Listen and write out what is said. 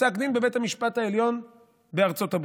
בפסק דין בבית המשפט העליון בארצות הברית.